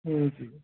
ہوں ہوں